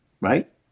right